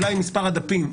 אולי מספר הדפים.